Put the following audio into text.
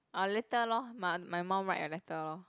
orh later lor my my mom write a letter lor